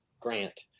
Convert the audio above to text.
grant